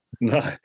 No